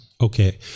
Okay